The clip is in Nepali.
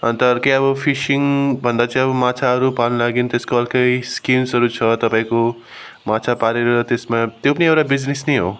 अन्त अर्कै अब फिसिङ भन्दा चाहिँ अब माछाहरू पाल्न लागि त्यसको अर्कै स्किम्सहरू छ तपाईँको माछा पालेर त्यसमा त्यो पनि एउटा बिजिनेस नै हो